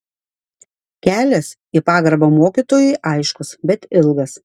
kelias į pagarbą mokytojui aiškus bet ilgas